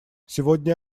сегодня